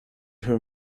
her